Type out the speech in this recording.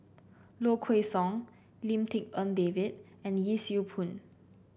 Low Kway Song Lim Tik En David and Yee Siew Pun